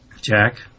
Jack